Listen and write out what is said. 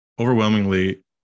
overwhelmingly